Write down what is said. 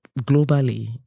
globally